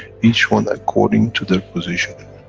each one according to their positioning.